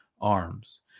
arms